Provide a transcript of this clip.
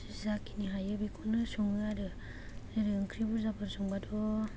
जाखिनि हायो बेखौनो सङो आरो आरो ओंख्रि बुरजाफोर संबाथ'